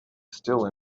still